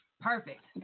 Perfect